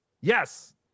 Yes